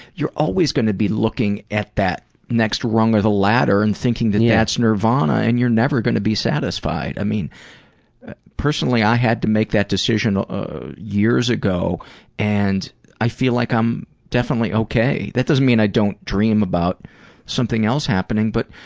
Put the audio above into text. you're always going to be looking at that next rung of the ladder and thinking that that's nirvana and you're never going to be satisfied. i mean personally, i had to make that decision ah ah years ago and i feel like i'm definitely ok. that doesn't mean i don't dream about something else happening but